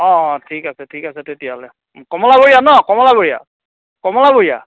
অঁ অঁ ঠিক আছে ঠিক আছে তেতিয়াহ'লে কমলাবৰীয়াত ন কমলাবৰীয়া কমলাবৰীয়া